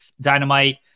dynamite